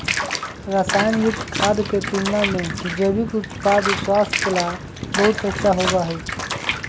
रसायन युक्त खाद्य के तुलना में जैविक उत्पाद स्वास्थ्य ला बहुत अच्छा होबा हई